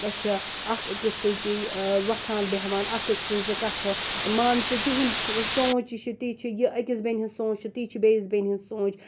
أسۍ چھِ اکھ أکِس سۭتی وۄتھان بیٚہوان اکھ أکِس سٕنٛزٕ کَتھٕ مان ژٕ تِہُنٛد سونٛچ یہِ چھِ تی چھ یہِ أکِس بیٚنہِ ہٕنٛز سونٛچ چھِ تی چھِ بیٚیِس بیٚنہِ ہِنٛز سونٛچ